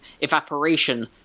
evaporation